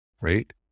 right